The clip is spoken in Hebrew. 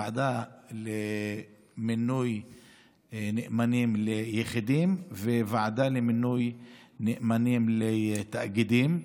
ועדה למינוי נאמנים ליחידים וועדה למינוי נאמנים לתאגידים.